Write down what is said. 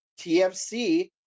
TFC